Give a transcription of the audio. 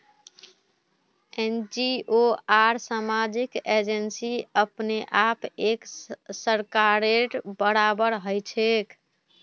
NGO आर सामाजिक agency अपने आप एक सरकारेर बराबर हछेक